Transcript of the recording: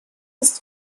ist